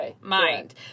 mind